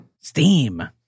Steam